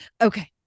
Okay